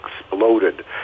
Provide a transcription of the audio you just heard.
exploded